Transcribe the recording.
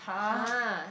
!huh!